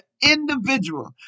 individual